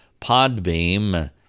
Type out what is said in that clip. Podbeam